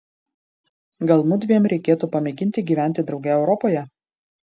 gal mudviem reikėtų pamėginti gyventi drauge europoje